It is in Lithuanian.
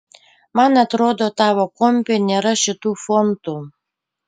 man atrodo tavo kompe nėra šitų fontų